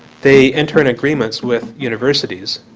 they intern agreements with universities,